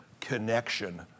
connection